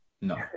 No